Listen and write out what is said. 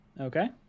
Okay